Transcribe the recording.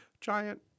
Giant